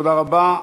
תודה רבה.